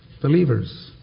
believers